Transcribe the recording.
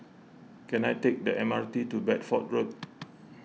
can I take the M R T to Bedford Road